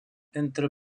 entre